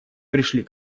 пришли